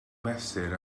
mesur